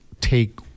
take